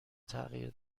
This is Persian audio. تغییر